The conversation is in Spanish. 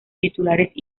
titulares